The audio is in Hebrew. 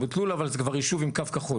אבו טלולה גם זה כבר יישוב עם קו כחול,